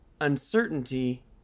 Uncertainty